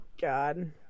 God